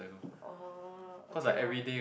oh okay lah